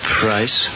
price